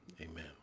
Amen